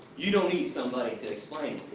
you don't need somebody to explain